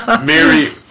Mary